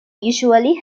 usually